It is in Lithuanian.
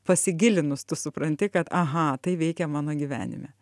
pasigilinus tu supranti kad aha tai veikia mano gyvenime